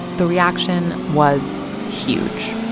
the reaction was huge.